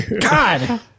God